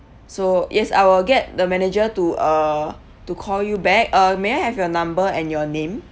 so yes I will get the manager to uh to call you back uh may I have your number and your name